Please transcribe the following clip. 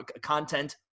content